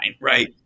right